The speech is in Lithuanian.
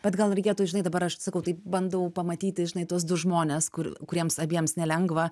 bet gal reikėtų žinai dabar aš sakau taip bandau pamatyti žinai tuos du žmones kur kuriems abiems nelengva